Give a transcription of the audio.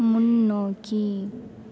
முன்னோக்கி